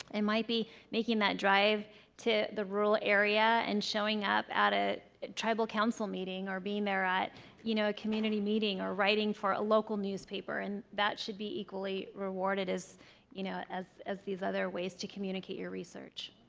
and might be making that drive to the rural area and showing up at a tribal counsel meeting or being there at you know a community meeting or writing for a local newspaper. and that should be equally rewarded as you know as these other way ways to communicate your research